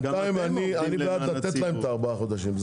בינתיים אני בעד לתת להם את הארבעה חודשים.